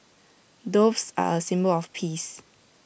doves are A symbol of peace